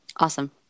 Awesome